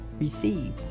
receive